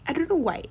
I don't know why